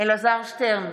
אלעזר שטרן,